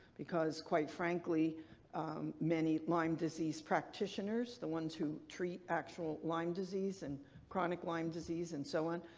because quite frankly many lyme disease practitioners, the ones who treat actual lyme disease and chronic lyme disease and so on,